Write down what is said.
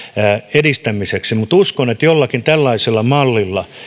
edistämiseksi mutta uskon että jollakin tällaisella mallilla